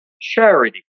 charity